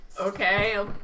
Okay